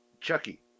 Chucky